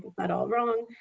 but all wrong.